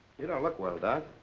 you don't look well, doc.